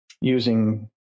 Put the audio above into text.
using